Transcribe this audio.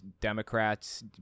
Democrats